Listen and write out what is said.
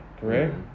correct